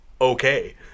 okay